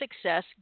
success